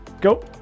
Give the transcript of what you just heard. go